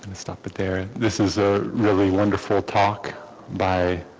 and stop but there this is a really wonderful talk by